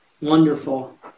Wonderful